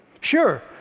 Sure